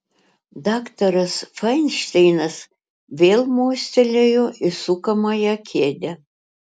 daktaras fainšteinas vėl mostelėjo į sukamąją kėdę